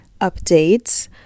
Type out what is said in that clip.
updates